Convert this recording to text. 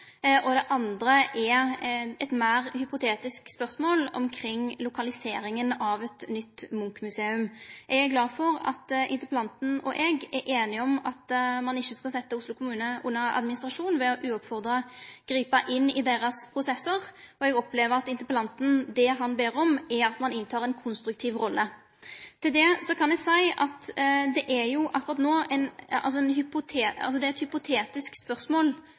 og det andre er eit meir hypotetisk spørsmål omkring lokaliseringa av eit nytt Munch-museum. Eg er glad for at interpellanten og eg er einige om at ein ikkje skal setje Oslo kommune under administrasjon ved at ein ubeden grip inn i deira prosessar. Eg opplever at det interpellanten ber om, er at ein tek ei konstruktiv rolle. Til det kan eg seie at det er eit hypotetisk spørsmål